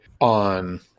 On